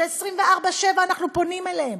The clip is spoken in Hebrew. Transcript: ש-24/7 אנחנו פונים אליהם,